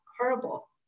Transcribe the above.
horrible